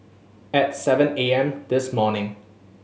at seven A M this morning